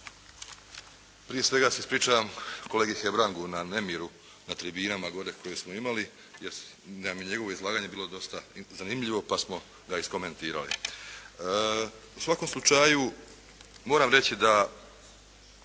Prije svega se ispričavam kolegi Hebrangu na nemiru na tribinama gore koje smo imali, jer nam je njegovo izlaganje bilo dosta zanimljivo pa smo ga iskomentirali. U svakom slučaju moram reći da